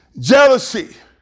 jealousy